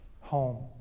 Home